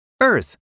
Earth